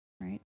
Right